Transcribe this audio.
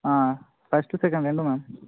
first second రెండూ ma'am